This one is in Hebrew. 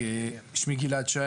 שמי גלעד שי,